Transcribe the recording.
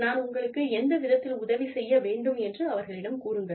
நான் உங்களுக்கு எந்த விதத்தில் உதவி செய்ய வேண்டும் என்று அவர்களிடம் கூறுங்கள்